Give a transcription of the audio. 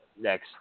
next